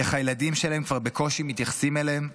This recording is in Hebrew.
איך הילדים שלהם כבר בקושי מתייחסים אליהם,